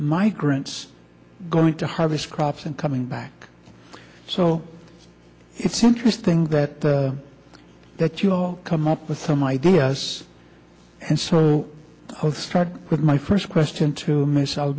migrants going to harvest crops and coming back so it's interesting that the that you come up with some ideas and so host with my first question to michelle